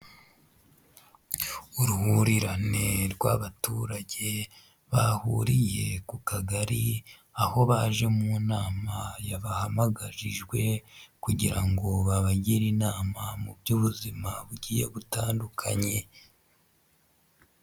Uruhurirane rw'abaturage bahuriye ku kagari, aho baje mu nama yabahamagarijwe kugira ngo babagire inama mu by'ubuzima bugiye butandukanye.